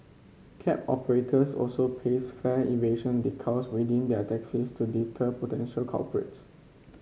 cab operators also paste fare evasion decals within their taxis to deter potential culprits